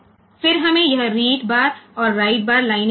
फिर हमें यह रीड बार और राइट बार लाइनें मिली है